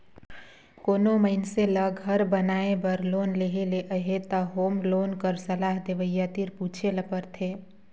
कोनो मइनसे ल घर बनाए बर लोन लेहे ले अहे त होम लोन कर सलाह देवइया तीर पूछे ल परथे